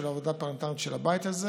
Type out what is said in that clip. בשביל העבודה הפרלמנטרית של הבית הזה,